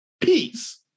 Peace